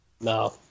No